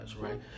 Right